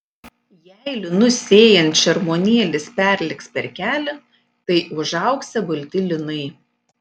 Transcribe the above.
jei linus sėjant šermuonėlis perlėks per kelią tai užaugsią balti linai